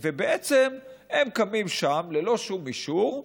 הם קמים שם ללא שום אישור,